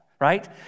right